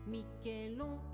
Michelon